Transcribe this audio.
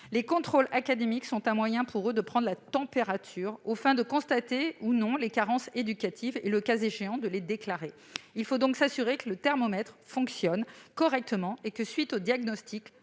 les contrôles sont un moyen pour eux de prendre la température afin de constater ou non les carences éducatives et, le cas échéant, de les déclarer. Il faut donc s'assurer que le thermomètre fonctionne correctement et que, suite au diagnostic,